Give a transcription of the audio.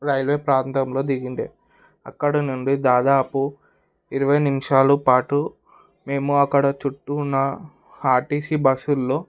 railway ప్రాంతంలో దిగిండే అక్కడ నుండి దాదాపు ఇరవై నిమిషాలు పాటు మేము అక్కడ చుట్టూ ఉన్న ఆర్టీసీ బస్సుల్లో